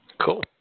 Cool